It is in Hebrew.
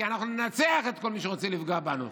כי אנחנו ננצח את כל מי שרוצה לפגוע בנו,